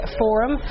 forum